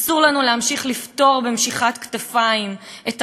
אסור לנו להמשיך לפטור במשיכת כתפיים את